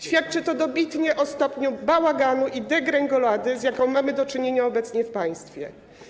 Świadczy to dobitnie o stopniu bałaganu i degrengolady, z jakimi mamy do czynienia obecnie w państwie.